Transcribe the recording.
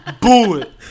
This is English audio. Bullet